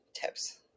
tips